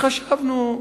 וחשבנו,